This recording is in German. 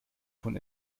von